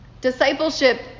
Discipleship